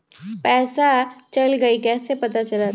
पैसा चल गयी कैसे पता चलत?